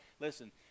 Listen